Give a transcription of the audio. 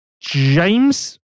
James